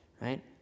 right